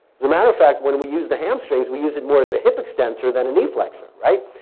as a matter of fact, when we use the hamstrings we use it more as a hip extensors than a knee flex. ah right.